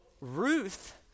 Ruth